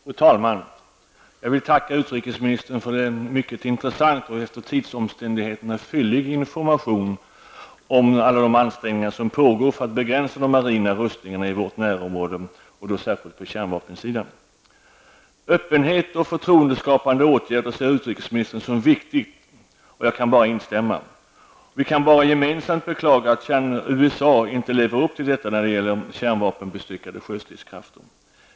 Fru talman! Jag vill tacka utrikesministern för en mycket intressant och efter tidsomständigheterna fyllig information om alla de ansträngningar som pågår för att begränsa de marina rustningarna i vårt närområde, och särskilt på kärnvapensidan. Öppenhet och förtroendeskapande åtgärder ser utrikesministern som viktigt, och jag kan bara instämma. Vi kan bara gemensamt beklaga att USA inte lever upp till detta när det gäller kärnvapenbestyckade sjöstridskrafter.